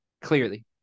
clearly